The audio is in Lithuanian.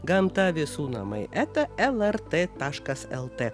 gamta visų namai eta lrt taškas lt